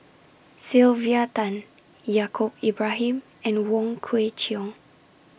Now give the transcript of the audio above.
Sylvia Tan Yaacob Ibrahim and Wong Kwei Cheong